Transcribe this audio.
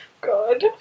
God